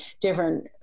different